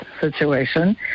situation